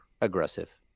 aggressive